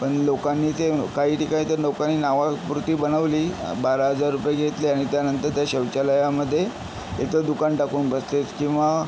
पण लोकांनी ते काही ठिकाणी तर लोकांनी नावापुरती बनवली बारा हजार रुपये घेतले आणि त्यानंतर त्या शौचालयामध्ये तिथं दुकान टाकून बसले आहेत किंवा